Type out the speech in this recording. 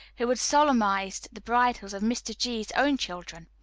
who had solemnized the bridals of mr. g s own children.